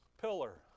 pillar